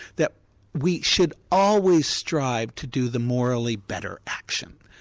that we should always strive to do the morally better action.